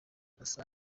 asa